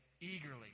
eagerly